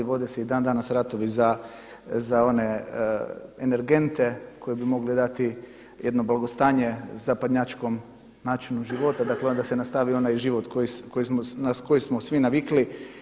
Vode se i dan danas ratovi za one energente koji bi mogli dati jedno blagostanje zapadnjačkom načinu života, dakle da se nastavi onaj život na koji smo svi navikli.